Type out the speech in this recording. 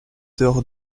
heures